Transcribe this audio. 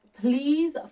please